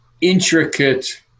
intricate